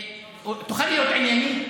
תוכל להיות ענייני?